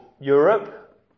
Europe